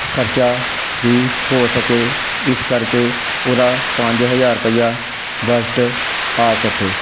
ਖ਼ਰਚਾ ਵੀ ਹੋ ਸਕੇ ਇਸ ਕਰਕੇ ਉਹਦਾ ਪੰਜ ਹਜ਼ਾਰ ਰੁਪਇਆ ਬਜਟ ਆ ਸਕੇ